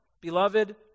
Beloved